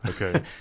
Okay